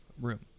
room